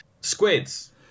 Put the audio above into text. Squids